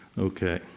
Okay